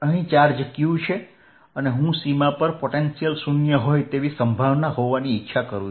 અહીં charge q છે અને હું સીમા પર પોટેન્શિયલ શૂન્ય હોય તેવી સંભાવના હોવાની ઇચ્છા કરું છું